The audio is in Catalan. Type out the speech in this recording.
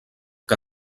que